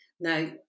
Now